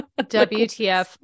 wtf